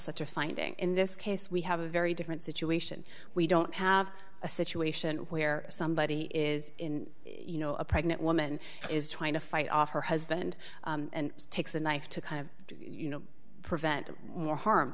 such a finding in this case we have a very different situation we don't have a situation where somebody is you know a pregnant woman is trying to fight off her husband and takes a knife to kind of you know prevent more harm